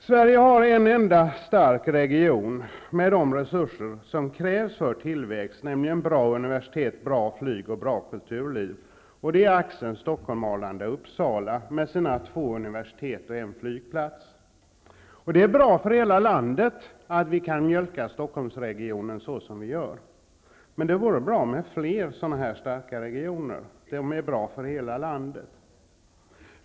Sverige har en enda stark region med de resurser som krävs för tillväxt, nämligen bra universitet, bra flyg och bra kulturliv. Det är axeln Stockholm -- Arlanda -- Uppsala med sina två universitet och en flygplats. Det är bra för hela landet att vi kan mjölka Stockholmsregionen så som vi gör. Men det vore bra med fler sådana starka regioner. De är bra för hela landet.